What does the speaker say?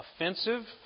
offensive